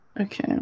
Okay